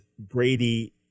Brady